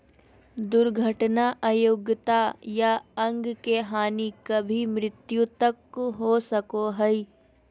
दुर्घटना अयोग्यता या अंग के हानि कभी मृत्यु तक हो सको हइ